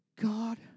God